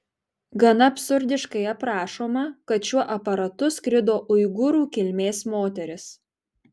gana absurdiškai aprašoma kad šiuo aparatu skrido uigūrų kilmės moteris